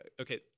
okay